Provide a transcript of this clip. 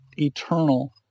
eternal